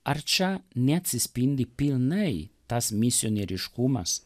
ar čia neatsispindi pilnai tas misionieriškumas